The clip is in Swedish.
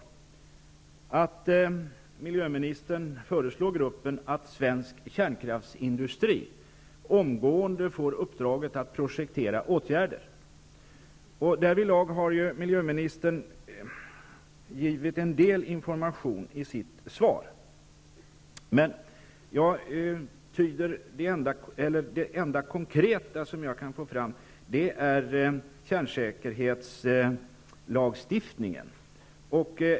Vidare menade jag att miljöministern kunde föreslå gruppen att svensk kärnkraftsindustri omgående får uppdraget att projektera åtgärder. Därvidlag har miljöministern givit en del information i svaret, men det enda konkreta som jag kan få fram rör kärnsäkerhetslagstiftningen.